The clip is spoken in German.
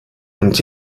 und